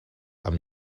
amb